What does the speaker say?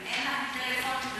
אם אין להם טלפונים,